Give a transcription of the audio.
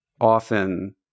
often